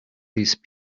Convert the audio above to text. these